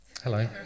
Hello